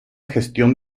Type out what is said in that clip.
gestión